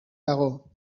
dago